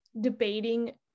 debating